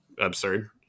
absurd